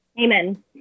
Amen